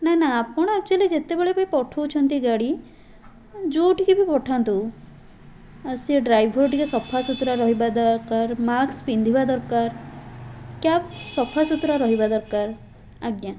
ନା ନା ଆପଣ ଏକ୍ଚୁଲି ଯେତେବେଳେ ବି ପଠଉଛନ୍ତି ଗାଡ଼ି ଯେଉଁଠିକି ବି ପଠାନ୍ତୁ ଆ ସେ ଡ୍ରାଇଭର୍ ଟିକିଏ ସଫାସୁତୁରା ରହିବା ଦରକାର ମାସ୍କ ପିନ୍ଧିବା ଦରକାର କ୍ୟାବ୍ ସଫାସୁତୁରା ରହିବା ଦରକାର ଆଜ୍ଞା